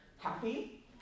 happy